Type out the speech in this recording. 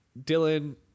Dylan